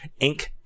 Inc